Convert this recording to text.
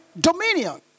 dominion